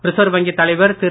reserve வங்கி தலைவர் திரு